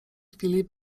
chwili